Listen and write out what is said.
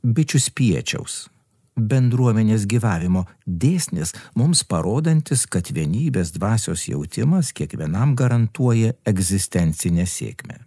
bičių spiečiaus bendruomenės gyvavimo dėsnis mums parodantis kad vienybės dvasios jautimas kiekvienam garantuoja egzistencinę sėkmę